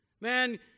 Man